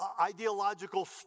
ideological